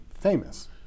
famous